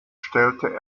stellte